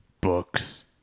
books